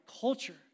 culture